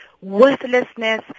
worthlessness